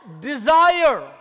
desire